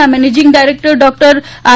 ના managing director doctor R